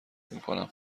میکنم